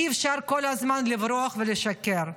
אי-אפשר כל הזמן לברוח ולשקר.